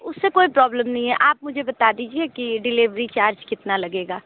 उससे कोई प्रॉब्लम नहीं है आप मुझे बता दीजिए कि डिलीवरी चार्ज कितना लगेगा